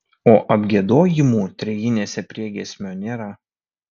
o apgiedojimų trejinėse priegiesmio nėra